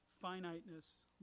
finiteness